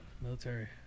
military